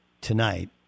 tonight